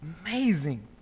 amazing